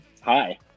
Hi